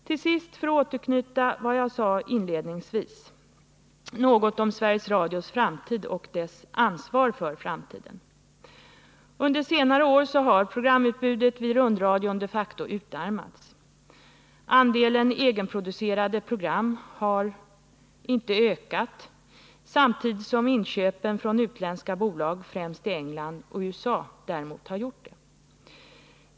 Till sist — för att återknyta till vad jag sade inledningsvis — något om Sveriges Radios framtid och dess ansvar för framtiden. Under senare år har programutbudet vid rundradion de facto utarmats. Andelen egenproducerade program har inte ökat, samtidigt som inköpen från utländska bolag främst i England och USA har ökat.